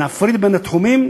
נפריד בין התחומים,